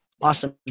Awesome